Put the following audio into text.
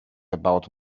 about